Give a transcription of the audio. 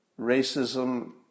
racism